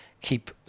keep